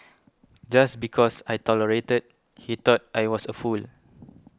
just because I tolerated he thought I was a fool